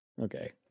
Okay